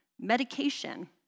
medication